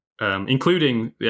including